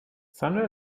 thunder